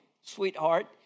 sweetheart